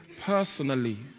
personally